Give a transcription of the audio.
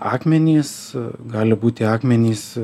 akmenys gali būti akmenys